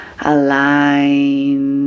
align